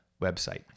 website